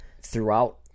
throughout